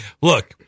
Look